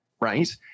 right